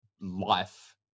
life